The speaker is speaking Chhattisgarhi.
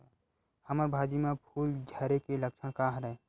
हमर भाजी म फूल झारे के लक्षण का हरय?